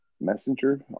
Messenger